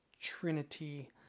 Trinity